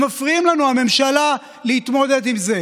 הם מפריעים לנו, לממשלה, להתמודד עם זה.